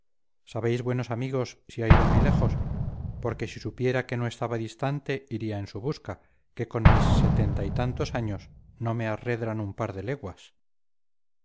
pronto sabéis buenos amigos si ha ido muy lejos porque si supiera que no estaba distante iría en su busca que con mis setenta y tantos años no me arredran un par de leguas